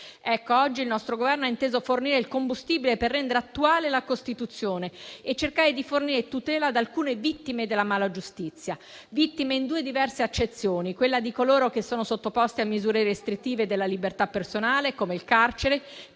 Oggi il nostro Governo ha inteso fornire il combustibile per rendere attuale la Costituzione e cercare di fornire tutela ad alcune vittime della mala giustizia; vittime in due diverse accezioni: quella di coloro che sono sottoposti a misure restrittive della libertà personale, come il carcere,